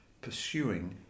pursuing